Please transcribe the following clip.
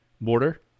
border